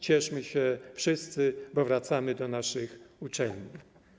Cieszmy się wszyscy, bo wracamy do naszych uczelni.